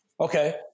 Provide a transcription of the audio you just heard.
Okay